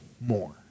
more